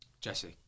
Jesse